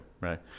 Right